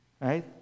Right